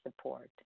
support